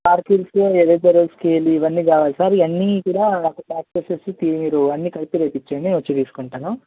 sparkles eraser scale ఇవన్నీ కావాలి sir ఇవన్నీ కూడా స్పార్క్ల్లసు షీటు అన్నీ కలిపి రేపు ఇచ్చేయండి నేను వచ్చి తీసుకుంటాను